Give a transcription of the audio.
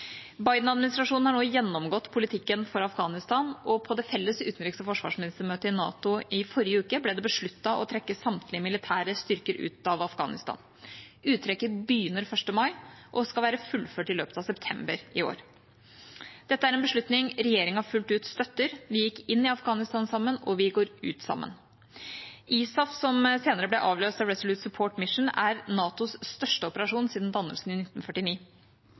har nå gjennomgått politikken for Afghanistan, og på det felles utenriks- og forsvarsministermøtet i NATO forrige uke ble det besluttet å trekke samtlige militære styrker ut av Afghanistan. Uttrekket begynner 1. mai og skal være fullført i løpet av september i år. Dette er en beslutning regjeringa fullt ut støtter – vi gikk inn i Afghanistan sammen, og vi går ut sammen. ISAF, som senere ble avløst av Resolute Support Mission, er NATOs største operasjon siden dannelsen i 1949.